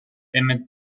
emmett